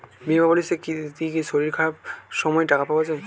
বীমা পলিসিতে কি করে শরীর খারাপ সময় টাকা পাওয়া যায়?